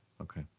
Okay